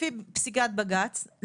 לפי פסיקת בג"צ,